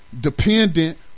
dependent